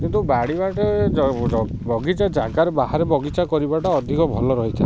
କିନ୍ତୁ ବାଡ଼ି ବାଟେ ବଗିଚା ଜାଗାରେ ବାହାରେ ବଗିଚା କରିବାଟା ଅଧିକ ଭଲ ରହିଥାଏ